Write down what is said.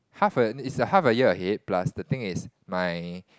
half a it's half a year ahead plus the thing is my